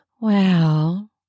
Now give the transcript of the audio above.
Well